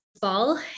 fall